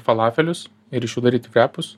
falafelius ir iš jų daryti frepus